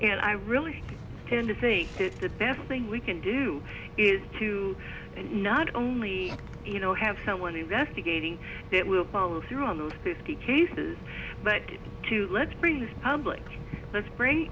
and i really tend to think that the best thing we can do is to not only you know have someone investigating it will follow through on those specific cases but to let's bring this public let's